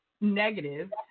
negative